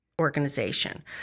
organization